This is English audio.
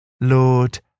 Lord